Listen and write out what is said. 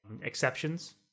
exceptions